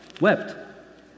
wept